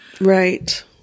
Right